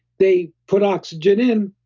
they put oxygen in,